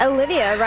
Olivia